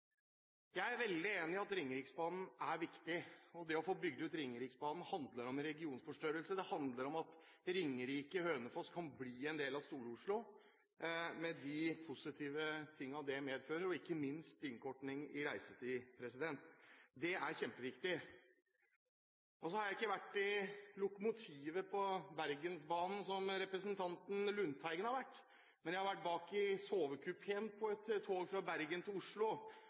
Jeg er veldig enig i at Ringeriksbanen er viktig. Det å få bygd ut Ringeriksbanen handler om regionforstørrelse, det handler om at Ringerike/Hønefoss kan bli en del av Stor-Oslo med de positive tingene det medfører, og ikke minst innkorting i reisetid. Det er kjempeviktig. Jeg har ikke vært i lokomotivet på Bergensbanen, som representanten Lundteigen har, men jeg har vært bak i sovekupeen på et tog fra Bergen til Oslo.